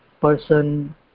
person